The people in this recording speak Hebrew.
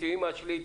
של אימא שלי,